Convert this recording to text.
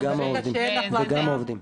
וגם העובדים.